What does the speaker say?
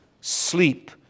sleep